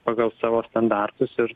pagal savo standartus ir